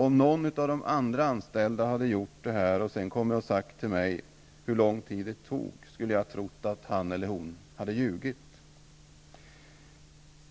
Om någon av de andra anställda hade gjort det här och sedan kommit och sagt till mig hur lång tid det tog, skulle jag ha trott att han eller hon hade ljugit.''